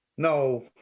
No